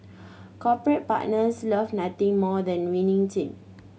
corporate partners love nothing more than a winning team